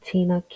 Tina